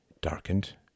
darkened